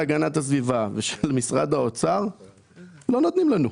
הסביבה, רק לא נותנים לה.